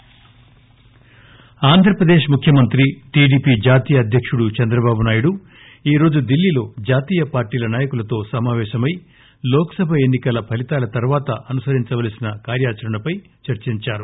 చంద్రబాబునాయుడు ఆంధ్రప్రదేశ్ ముఖ్యమంత్రి టిడిపి జాతీయ అధ్యక్షుడు చంద్రబాబునాయుడు రోజు ఢిల్లీలో జాతీయ పార్వీల నాయకులతో సమాపేశమై లోక్ సభ ఎన్ని కల ఫలితాల తర్వాత అనుసరించవలసిన కార్వాచరణపై చర్పించారు